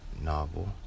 novel